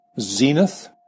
zenith